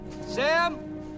Sam